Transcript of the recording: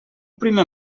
primer